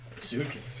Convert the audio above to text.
suitcase